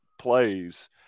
plays